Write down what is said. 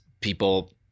People